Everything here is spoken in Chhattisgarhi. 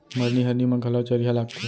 मरनी हरनी म घलौ चरिहा लागथे